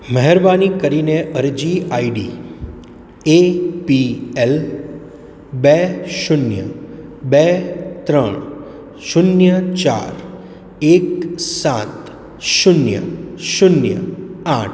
મહેરબાની કરીને અરજી આઇડી એ પી એલ બે શૂન્ય બે ત્રણ શૂન્ય ચાર એક સાત શૂન્ય શૂન્ય આઠ